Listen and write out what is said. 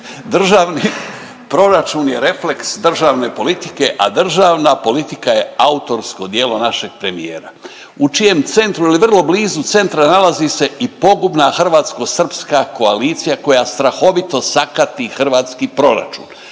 Državni proračun je refleks državne politike, a državna politika je autorsko djelo našeg premijera u čijem centru ili vrlo blizu centra nalazi se i pogubna hrvatsko-srpska koalicija koja strahovito sakati hrvatski proračun